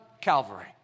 Calvary